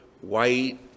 white